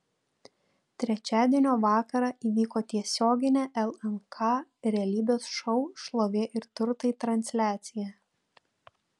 trečiadienio vakarą įvyko tiesioginė lnk realybės šou šlovė ir turtai transliacija